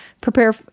prepare